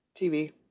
TV